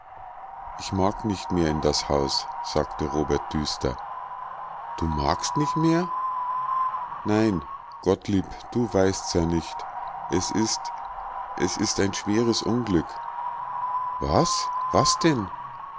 ich mag nicht mehr in das haus sagte robert düster du magst nich mehr nein gottlieb du weißt's ja nicht es ist es ist ein schweres unglück was was denn